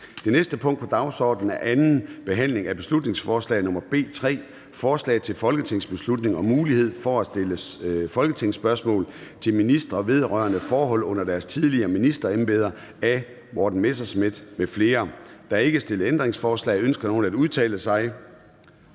Det næste punkt på dagsordenen er: 6) 2. (sidste) behandling af beslutningsforslag nr. B 3: Forslag til folketingsbeslutning om mulighed for at stille folketingsspørgsmål til ministre vedrørende forhold under deres tidligere ministerembeder. Af Morten Messerschmidt (DF) m.fl. (Fremsættelse 29.11.2022. 1. behandling